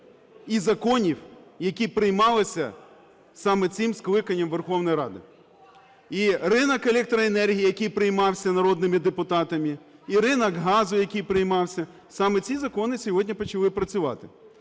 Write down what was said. і законів, які приймалися саме цим скликанням Верховної Ради. І ринок електроенергії, який приймався народними депутатами, і ринок газу, який приймався, – саме ці закони сьогодні почали працювати.